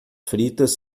fritas